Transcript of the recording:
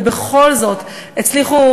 ובכל זאת הצליחו,